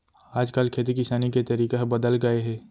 आज काल खेती किसानी के तरीका ह बदल गए हे